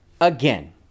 again